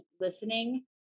listening